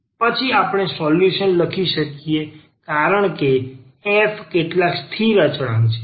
પછી આપણે સોલ્યુશન લખી શકીએ કારણ કે f કેટલાક સ્થિર અચળાંક છે